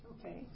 Okay